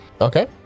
okay